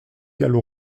gallo